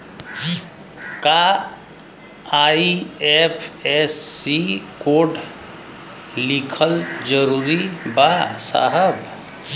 का IFSC code लिखल जरूरी बा साहब?